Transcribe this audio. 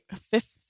fifth